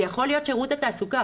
זה יכול להיות שירות התעסוקה,